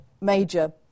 major